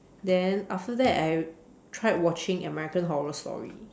then after that I tried watching American horror story